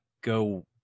go